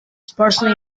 sparsely